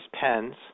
pens